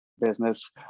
business